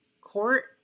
court